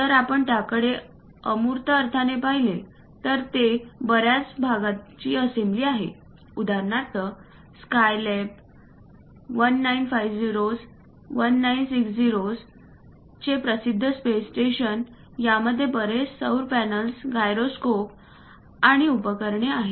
जर आपण त्याकडे अमूर्त अर्थाने पाहिले तर ती बऱ्याच भागाची असेंब्ली आहे उदाहरणार्थ स्कायलेब 1950s 1960s चे प्रसिद्ध स्पेस स्टेशन या मध्ये बरेच सौर पॅनेल्स गायरोस्कोप आणि उपकरणे आहेत